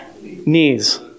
Knees